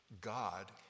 God